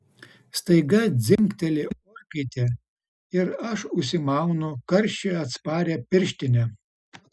staiga dzingteli orkaitė ir aš užsimaunu karščiui atsparią pirštinę